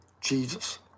Jesus